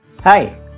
hi